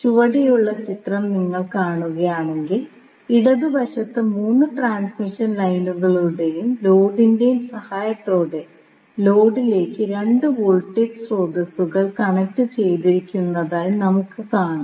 ചുവടെയുള്ള ചിത്രം നിങ്ങൾ കാണുകയാണെങ്കിൽ ഇടതുവശത്ത് 3 ട്രാൻസ്മിഷൻ ലൈനുകളുടെയും ലോഡിന്റെയും സഹായത്തോടെ ലോഡിലേക്ക് 2 വോൾട്ടേജ് സ്രോതസ്സുകൾ കണക്റ്റു ചെയ്തിരിക്കുന്നതായി നമുക്ക് കാണും